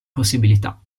possibilità